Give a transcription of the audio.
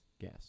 gas